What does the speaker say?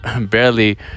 barely